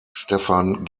stefan